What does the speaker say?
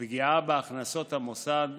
פגיעה בהכנסות המוסד,